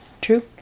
True